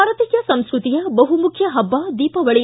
ಭಾರತೀಯ ಸಂಸ್ಕೃತಿಯ ಬಹು ಮುಖ್ಯ ಪಬ್ಬ ದೀಪಾವಳಿ